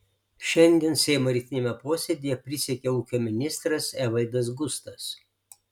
šiandien seimo rytiniame posėdyje prisiekė ūkio ministras evaldas gustas